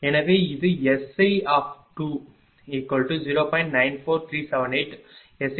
எனவே இது SI20